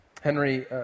Henry